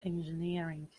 engineering